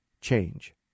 change